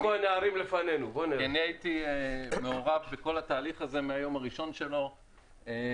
אני הייתי מעורב בכל התהליך הזה מהיום הראשון שלו ואפילו